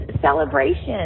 celebration